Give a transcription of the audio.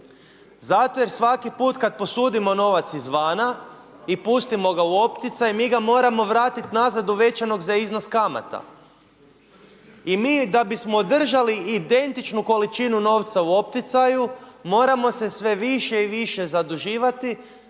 Zato jer svaki put kad posudimo novac izvana i pustimo ga u opticaj, mi ga moramo vratiti nazad uvećanog za iznos kamata i mi da bismo održali identičnu količinu novca u opticaju moramo se sve više i više zaduživati.